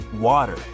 water